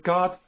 God